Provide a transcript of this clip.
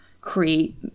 create